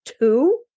Two